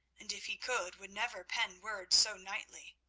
and if he could, would never pen words so knightly.